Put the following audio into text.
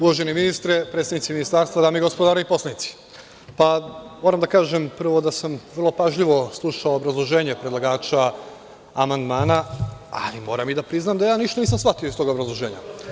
Uvaženi ministri, predstavnici ministarstva, dame i gospodo narodni poslanici, moram da kažem prvo da sam vrlo pažljivo slušao obrazloženje predlagača amandmana, a moram da priznam i da ništa nisam shvatio iz tog obrazloženja.